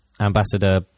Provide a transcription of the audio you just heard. ambassador